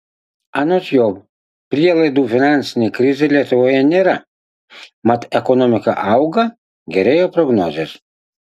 anot jo prielaidų finansinei krizei lietuvoje nėra mat ekonomika auga gerėja prognozės